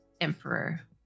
emperor